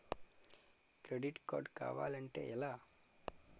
Credit card కావాలి అంటే ఎలా?